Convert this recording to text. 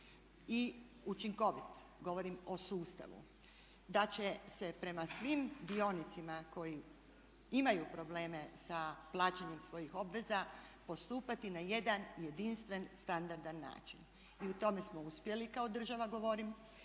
i učinkovit. Govorim o sustavu da će se prema svim dionicima koji imaju probleme sa plaćanjem svojih obveza postupati na jedan, jedinstven standardan način. I u tome smo uspjeli, kao država govorim.